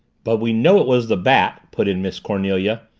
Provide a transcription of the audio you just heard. but we know it was the bat, put in miss cornelia.